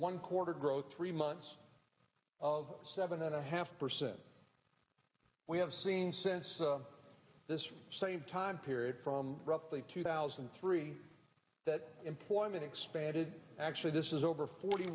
one quarter growth three months of seven and a half percent we have seen since this same time period from roughly two thousand and three that employment expanded actually this is over forty